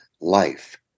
life